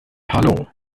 hallo